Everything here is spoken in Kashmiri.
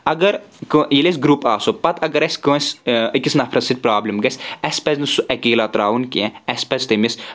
اگر ییٚلہِ أسۍ گرُپ آسو پتہٕ اگر آسہِ کٲنٛسہِ أکِس نفرس سۭتۍ پراپلم گژھِ اَسہِ پَزِ نہٕ سُہ اکیلا ترٛاوُن کینٛہہ اَسہِ پزِ تٔمِس